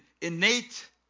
innate